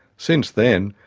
since then,